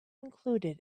included